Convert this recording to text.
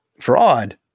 fraud